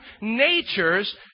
natures